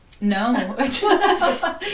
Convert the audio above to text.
No